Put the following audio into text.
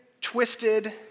twisted